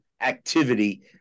activity